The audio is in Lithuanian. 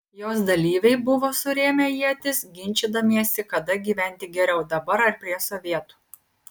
jos dalyviai buvo surėmę ietis ginčydamiesi kada gyventi geriau dabar ar prie sovietų